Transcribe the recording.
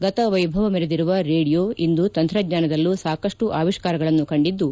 ಗತವ್ಲಭವ ಮೆರೆದಿರುವ ರೇಡಿಯೋ ಇಂದು ತಂತ್ರಜ್ಞಾನದಲ್ಲೂ ಸಾಕಷ್ಟು ಅವಿಷ್ಠಾರಗಳನ್ನು ಕಂಡಿದ್ದು